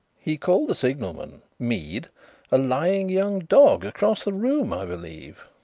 he called the signalman mead a lying young dog across the room, i believe.